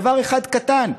דבר אחד קטן,